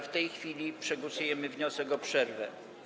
W tej chwili przegłosujemy wniosek o przerwę.